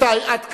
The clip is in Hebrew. רבותי, עד כאן.